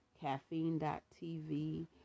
Caffeine.TV